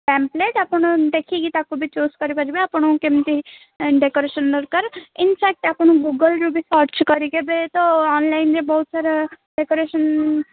pomfret ଆପଣ ଦେଖିକି ତାକୁବି ଚୁଜ୍ କରିପାରିବେ ଆପଣଙ୍କୁ କେମିତି ଡେକୋରେସନ୍ ଦରକାର ଇନଫ୍ୟାକ୍ଟ୍ ଆପଣ ଗୁଗଲ୍ରୁ ବି ସର୍ଚ୍ଚ କରି ଏବେତ ଅନଲାଇନ୍ରେ ବହୁତ ସାରା ଡେକୋରେସନ୍